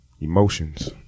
emotions